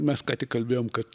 mes ką tik kalbėjom kad